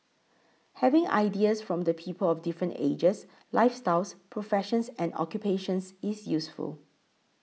having ideas from the people of different ages lifestyles professions and occupations is useful